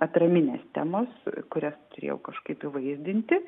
atraminės temos kurias turėjau kažkaip įvaizdinti